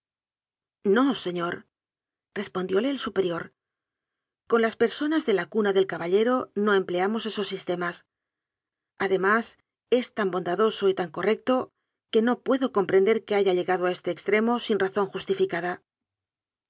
lázaro no señorrespondióle el superior con las per sonas de la cuna del caballero no empleamos esos sistemas además es tan bondadoso y tan correc to que no puedo comprender que haya llegado a este extremo sin razón justificada